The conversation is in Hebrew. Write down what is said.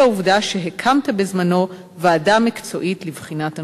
העובדה שהקמת בזמנו ועדה מקצועית לבחינת הנושא.